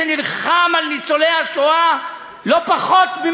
שנלחם על ניצולי השואה לא פחות,